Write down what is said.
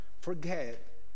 Forget